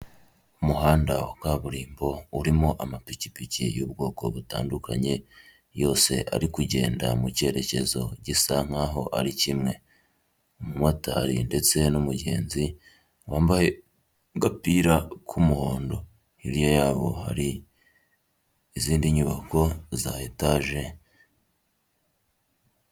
Umuhanda wa kaburimbo urimo amapikipiki y'ubwoko butandukanye yose ari kugenda mu cyerekezo gisa nk'aho ari kimwe. Umumotari ndetse n'umugenzi wambaye agapira k'umuhondo, hirya yabo hari izindi nyubako za etaje.